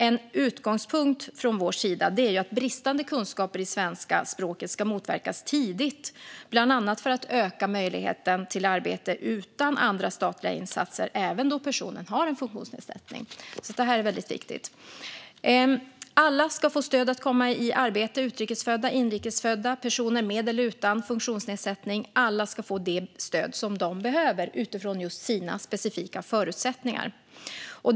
En utgångspunkt från vår sida är att bristande kunskaper i svenska språket ska motverkas tidigt, bland annat för att öka möjligheten till arbete utan andra statliga insatser även då personen har en funktionsnedsättning. Det är väldigt viktigt. Alla ska få stöd att komma i arbete. Utrikesfödda och inrikesfödda, personer med eller utan funktionsnedsättning - alla ska få det stöd som de behöver utifrån just sina specifika förutsättningar.